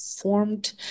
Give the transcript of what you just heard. formed